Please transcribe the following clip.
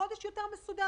מנטרלים נשים.